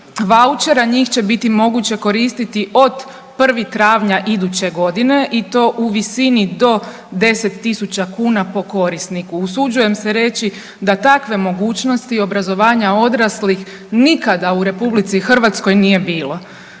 vouchera njih će biti moguće koristiti od 1. Travnja iduće godine i to u visini do 10 000 kuna po korisniku. Usuđujem se reći da takve mogućnosti obrazovanja odraslih nikada u RH nije bilo.